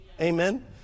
Amen